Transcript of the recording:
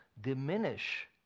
diminish